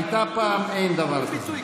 הייתה פעם, אין דבר כזה.